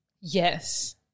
Yes